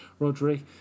Rodri